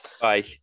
Bye